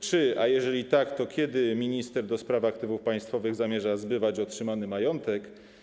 Czy, a jeżeli tak, to kiedy, minister do spraw aktywów państwowych zamierza zbywać otrzymany majątek?